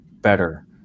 better